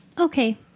Okay